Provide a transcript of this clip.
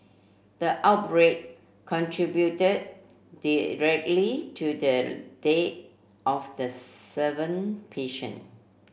the outbreak contributed directly to the death of the seven patient